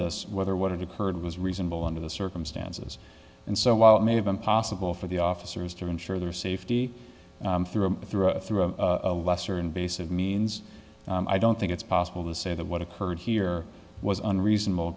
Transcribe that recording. this whether what it occurred was reasonable under the circumstances and so while it may have been possible for the officers to ensure their safety through a through a through a lesser invasive means i don't think it's possible to say that what occurred here was an reasonable